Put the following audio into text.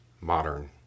modern